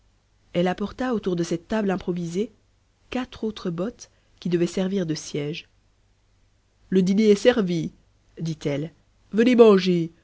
elle apporta autour de cette table improvisée quatre autres bottes qui devaient servir de sièges le dîner est servi dit-elle venez manger